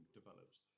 developed